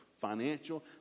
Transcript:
Financial